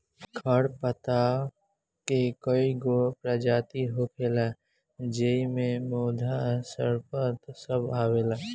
खर पतवार के कई गो परजाती होखेला ज़ेइ मे मोथा, सरपत सब आवेला